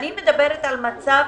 אני מדברת על מצב,